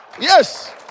Yes